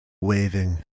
waving